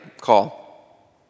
call